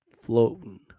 floating